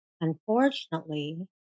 Unfortunately